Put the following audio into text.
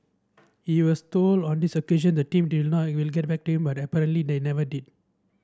he was told on these occasion that the team will get back to him but apparently they never did